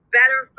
better